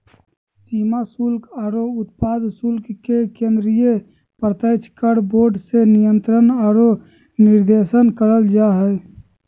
सीमा शुल्क आरो उत्पाद शुल्क के केंद्रीय प्रत्यक्ष कर बोर्ड से नियंत्रण आरो निर्देशन करल जा हय